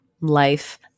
life